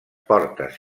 portes